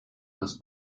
des